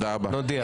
נודיע.